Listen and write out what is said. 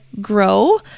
grow